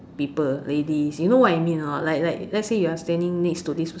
people ladies you know what I mean or not like like let's say you are standing next to this person